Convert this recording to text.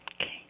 Okay